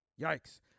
Yikes